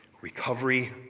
recovery